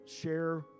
share